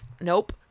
nope